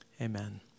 amen